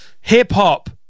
hip-hop